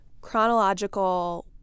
chronological